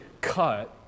cut